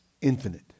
infinite